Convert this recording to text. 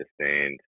understand